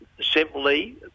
Simply